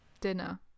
Dinner